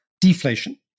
deflation